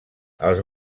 els